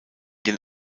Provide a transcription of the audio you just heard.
den